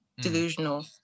delusional